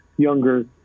younger